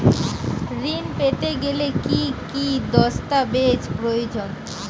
ঋণ পেতে গেলে কি কি দস্তাবেজ প্রয়োজন?